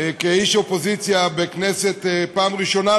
כאיש אופוזיציה בכנסת בפעם הראשונה,